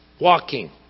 walking